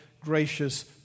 gracious